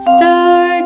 Star